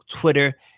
Twitter